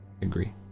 Agree